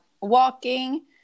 walking